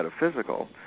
metaphysical